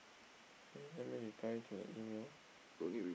K let me reply to the email